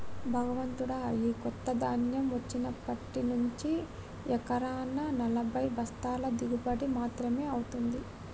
భగవంతుడా, ఈ కొత్త ధాన్యం వచ్చినప్పటి నుంచి ఎకరానా నలభై బస్తాల దిగుబడి మాత్రమే అవుతుంది